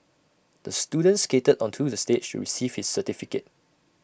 the student skated onto the stage receive his certificate